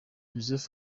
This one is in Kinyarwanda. joseph